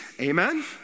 Amen